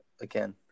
again